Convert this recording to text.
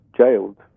jailed